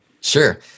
Sure